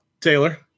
Taylor